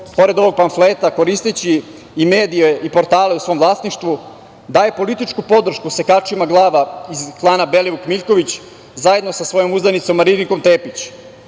pored ovog pamfleta, koristeći i medije i portale u svom vlasništvu daje političku podršku sekačima glava iz klana Belivuk – Miljković, zajedno sa svojom uzdanicom Marinikom Tepić,